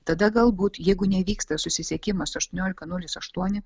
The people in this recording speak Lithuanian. tada galbūt jeigu nevyksta susisiekimas aštuoniolika nulis aštuoni